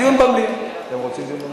אתם רוצים דיון במליאה?